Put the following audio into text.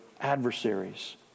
adversaries